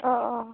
अ अ